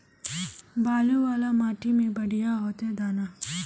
बालू वाला माटी में बढ़िया होते दाना?